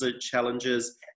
challenges